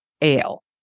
ale